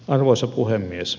arvoisa puhemies